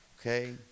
okay